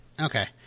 okay